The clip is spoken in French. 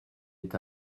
est